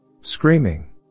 Screaming